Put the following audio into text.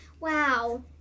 Wow